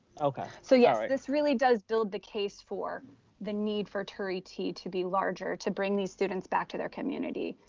okay. so yes, yeah this really does build the case for the need for turie t. to be larger, to bring these students back to their community.